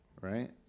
right